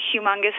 humongous